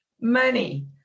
Money